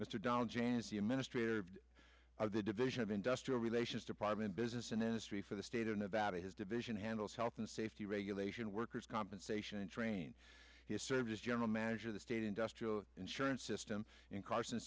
ministry of the division of industrial relations department business and industry for the state of nevada his division handles health and safety regulation workers compensation and train service general manager of the state industrial insurance system in cars